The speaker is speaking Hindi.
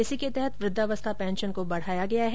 इसी के तहत वृद्धावस्था पेंशन को बढ़ाया गया है